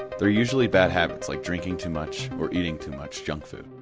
they're usually bad habits like drinking too much or eating too much junk food.